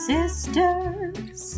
Sisters